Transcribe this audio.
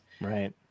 Right